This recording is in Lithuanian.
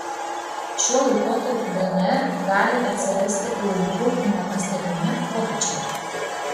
šiuo laikotarpiu dnr gali atsirasti laiku nepastebimi pokyčiai